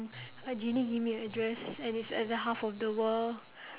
a genie give me a address and it's other half of the world